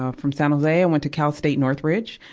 ah from san jose, i went to cal state northridge,